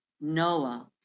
Noah